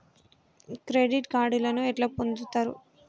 Credit కార్డులను ఎట్లా పొందుతరు?